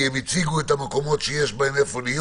כי הם הציגו את המקומות שיש בהם איפה להיות